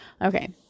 Okay